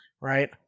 right